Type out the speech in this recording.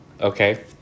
Okay